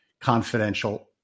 confidential